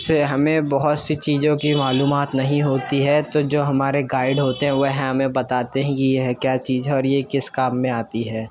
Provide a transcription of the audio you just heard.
سے ہمیں بہت سی چیزوں کی معلومات نہیں ہوتی ہے تو جو ہمارے گائڈ ہوتے ہیں وہ ہمیں بتاتے ہیں کہ یہ کیا چیز ہے اور یہ کس کام میں آتی ہے